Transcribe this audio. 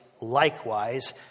Likewise